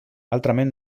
altrament